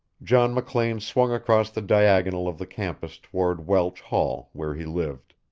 john mclean swung across the diagonal of the campus toward welch hall where he lived.